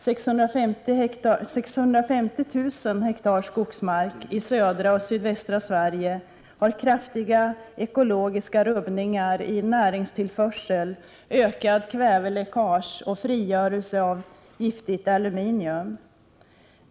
650 000 hektar skogsmark i södra och sydvästra Sverige har kraftiga ekologiska rubbningar i näringstillförsel, ökat kväveläckage och frigörelse av giftigt aluminium.